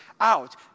Out